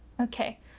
Okay